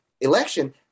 election